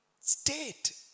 state